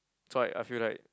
so like I feel like